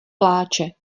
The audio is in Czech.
pláče